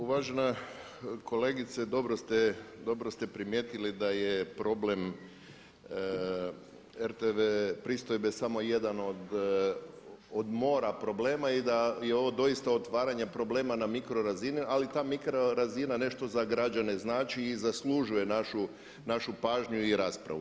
Uvažena kolegice, dobro ste primijetili da je problem RTV pristojbe samo jedan od mora problema i da je ovo doista otvaranje problema na mikro razini, ali ta mikro razina nešto za građane znači i zaslužuje našu pažnju i raspravu.